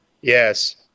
Yes